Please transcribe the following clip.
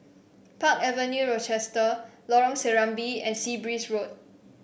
Park Avenue Rochester Lorong Serambi and Sea Breeze Road